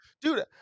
dude